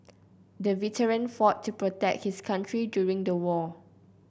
the veteran fought to protect his country during the war